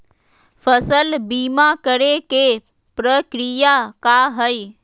फसल बीमा करे के प्रक्रिया का हई?